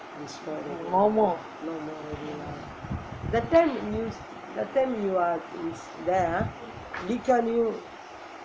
no more